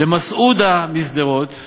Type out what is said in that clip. "למסעודה משדרות"